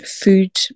food